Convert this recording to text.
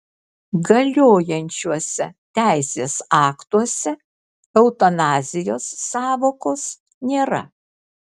galiojančiuose teisės aktuose eutanazijos sąvokos nėra